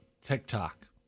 TikTok